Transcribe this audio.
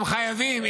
הם חייבים.